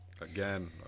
Again